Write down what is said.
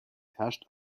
herrscht